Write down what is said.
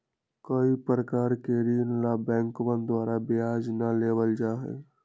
कई प्रकार के ऋण ला बैंकवन द्वारा ब्याज ना लेबल जाहई